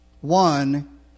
one